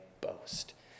boast